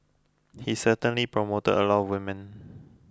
he certainly promoted a lot of women